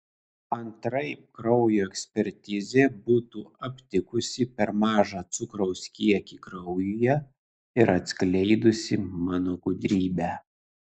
antraip kraujo ekspertizė būtų aptikusi per mažą cukraus kiekį kraujyje ir atskleidusi mano gudrybę